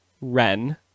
Ren